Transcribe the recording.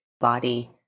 Body